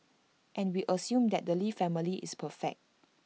and we assume that the lee family is perfect